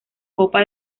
copa